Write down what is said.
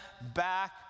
back